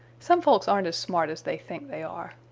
some folks aren't as smart as they think they are.